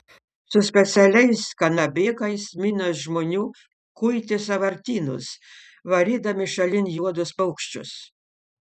su specialiais kanabėkais minios žmonių kuitė sąvartynus varydami šalin juodus paukščius